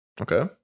Okay